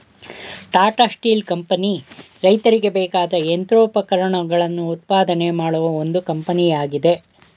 Tata Steel company ರೈತರಿಗೆ ಬೇಕಾದ ಯಂತ್ರೋಪಕರಣಗಳನ್ನು ಉತ್ಪಾದನೆ ಮಾಡುವ ಒಂದು ಕಂಪನಿಯಾಗಿದೆ